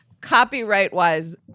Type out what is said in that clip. copyright-wise